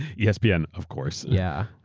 yeah espn, yeah and of course. yeah.